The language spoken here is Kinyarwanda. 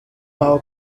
how